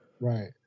Right